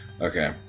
okay